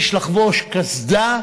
יש לחבוש קסדה,